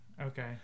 Okay